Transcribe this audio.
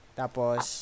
tapos